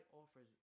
offers